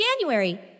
January